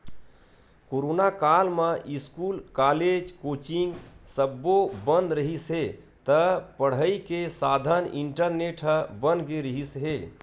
corona काल म school, college, coaching सब्बो बंद रिहिस हे त पड़ई के साधन इंटरनेट ह बन गे रिहिस हे